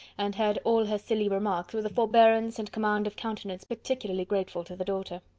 and heard all her silly remarks with a forbearance and command of countenance particularly grateful to the daughter.